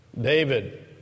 David